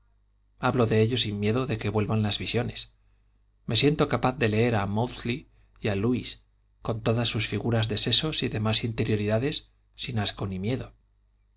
hablo de ello sin miedo de que vuelvan las visiones me siento capaz de leer a maudsley y a luys con todas sus figuras de sesos y demás interioridades sin asco ni miedo